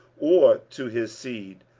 or to his seed,